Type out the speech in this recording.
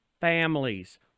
families